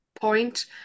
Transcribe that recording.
point